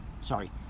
Sorry